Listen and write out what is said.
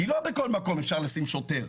כי לא בכל מקום אפשר לשים שוטר,